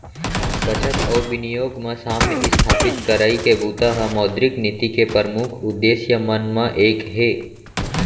बचत अउ बिनियोग म साम्य इस्थापित करई के बूता ह मौद्रिक नीति के परमुख उद्देश्य मन म एक हे